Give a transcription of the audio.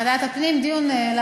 דיון בוועדת הפנים.